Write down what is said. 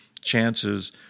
chances